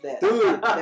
Dude